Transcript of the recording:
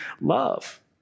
love